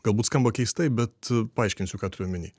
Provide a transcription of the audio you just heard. galbūt skamba keistai bet paaiškinsiu ką turiu omeny